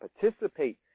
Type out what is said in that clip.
participate